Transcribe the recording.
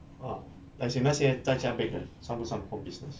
ah like as in let's say 在家 bake 的算不算 home business